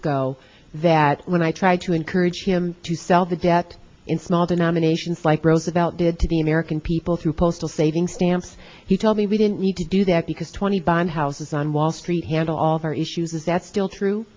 ago that when i tried to encourage him to sell the debt in small denominations like roosevelt did to the american people through postal saving stamps he told me we didn't need to do that because twenty bond houses on wall street handle all of our issues is that still true